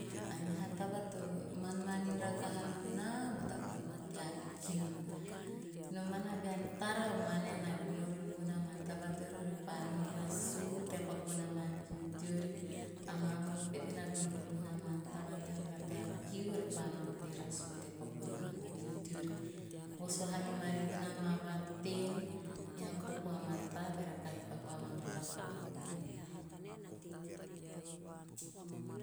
A meha taba to manmanim nom naa o mata paku va tea kiu. Nomana bean bean tara o manae na gono rori bona ma taba teori kiu orepa nao pete tea paku bona ma taba teori repa nao raasu teapaku bona kiu teori, a mamoon pete rori bona ma taba teori tea kiu orepa nao pete tea paku bona ma kiu teori. Voos vaha mi ma rori bona ma vateen, ei ama popo amamate beara kahi paku rori bona ma vateen, ei ama popo amamate beere kahi paku ama mata paku bona.